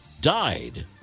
died